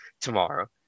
tomorrow